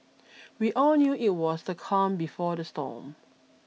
we all knew that it was the calm before the storm